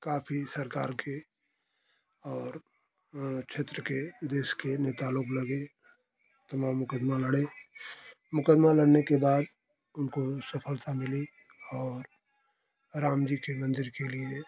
काफी सरकार के और क्षेत्र के देश के नेता लोग लगे तमाम मुकदमा लड़े मुकदमा लड़ने के बाद उनको सफलता मिली और राम जी के मंदिर के लिए